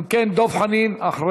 אם כן, חבר הכנסת דב חנין אחרי